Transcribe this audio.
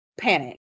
Panic